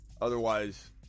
Otherwise